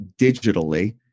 digitally